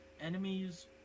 Enemies